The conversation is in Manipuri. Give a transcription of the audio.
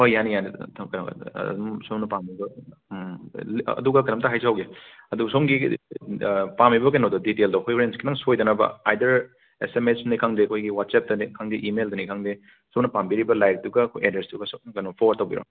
ꯍꯣꯏ ꯌꯥꯅꯤ ꯌꯥꯅꯤ ꯑꯗ ꯊꯝ ꯑꯗꯨꯝ ꯁꯣꯝꯅ ꯄꯥꯝꯕꯤꯕ ꯎꯝ ꯎꯝ ꯑꯗꯨꯒ ꯀꯩꯅꯣꯝꯇ ꯍꯥꯏꯖꯍꯧꯒꯦ ꯑꯗꯣ ꯁꯣꯝꯒꯤ ꯄꯥꯝꯃꯤꯕ ꯀꯩꯅꯣꯗꯣ ꯗꯤꯇꯦꯜꯗꯣ ꯑꯩꯈꯣꯏ ꯍꯣꯔꯦꯟ ꯈꯤꯇꯪ ꯁꯣꯏꯗꯅꯕ ꯑꯥꯏꯗꯔ ꯑꯦꯁ ꯑꯦꯝ ꯑꯦꯁꯇꯅꯤ ꯈꯪꯗꯦ ꯑꯩꯈꯣꯏ ꯋꯥꯠꯆꯑꯦꯞꯇꯅꯤ ꯈꯪꯗꯦ ꯏꯃꯦꯜꯗꯅꯤ ꯈꯪꯗꯦ ꯁꯣꯝꯅ ꯄꯥꯝꯕꯤꯔꯤꯕ ꯂꯥꯏꯔꯤꯛꯇꯨꯒ ꯑꯩꯈꯣꯏ ꯑꯦꯗ꯭ꯔꯦꯁꯇꯨꯒꯁꯨ ꯀꯩꯅꯣ ꯐꯣꯔꯋꯥꯔ꯭ꯗ ꯇꯧꯕꯤꯔꯑꯣ